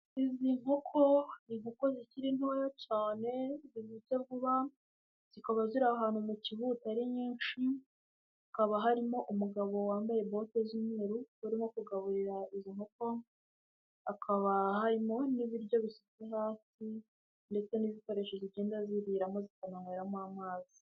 Izi nkoko ni inkoko zikiri ntoya cyane zikuze vuba zikaba ziri ahantu mu kibuti ari nyinshi. Hakaba harimo umugabo wambaye bote z'umweru urimo kugaburira izo nkoko. Hakaba harimo n'ibiryo bisutse hasi ndetse n'ibikoresho zigenda ziriramo zikananyweramo amazi.